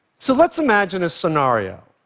so let's imagine a scenario.